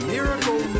Miracle